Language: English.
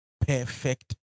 perfect